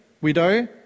widow